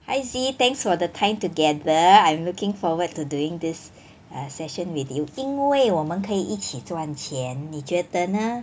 hi zee thanks for the time together I'm looking forward to doing this uh session with you 因为我们可以一起赚钱你觉得呢